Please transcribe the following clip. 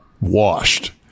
washed